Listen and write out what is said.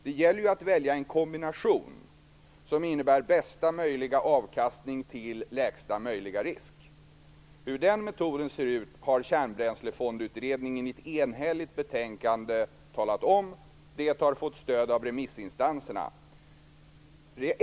Det gäller ju att välja en kombination som innebär bästa möjliga avkastning till lägsta möjliga risk. Hur den metoden ser ut har Kärnbränslefondutredningen talat om i ett enhälligt betänkande. Den har fått stöd av remissinstanserna.